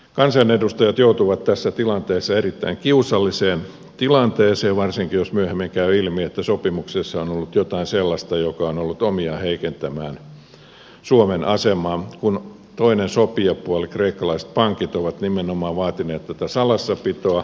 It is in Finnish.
kansanedustajat joutuvat erittäin kiusalliseen tilanteeseen varsinkin jos myöhemmin käy ilmi että sopimuksessa on ollut jotain sellaista mikä on ollut omiaan heikentämään suomen asemaa kun toinen sopijapuoli kreikkalaiset pankit on nimenomaan vaatinut tätä salassapitoa